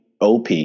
OP